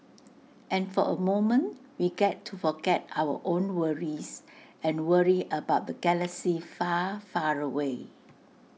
and for A moment we get to forget our own worries and worry about the galaxy far far away